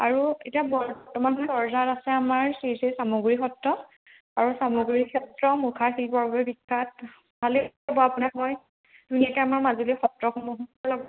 আৰু এতিয়া বৰ্তমান অৰ্জাৰ আছে আমাৰ শ্ৰী শ্ৰী চামগুৰি সত্ৰ আৰু চামগুৰি সত্ৰ মুখা শিল্পৰ বাবে বিখ্যাত ভালেই হ'ব আপোনাক মই ধুনীয়াকৈ আমাৰ মাজুলীৰ সত্ৰসমূহ